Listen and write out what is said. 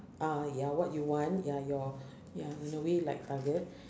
ah ya what you want ya your ya in a way like target